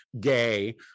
gay